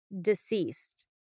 deceased